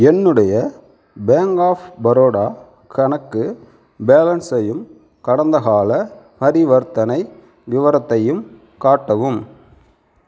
என்னுடைய bank of Baroda கணக்கு பேலன்ஸையும் கடந்தகால பரிவர்த்தனை விவரத்தையும் காட்டவும்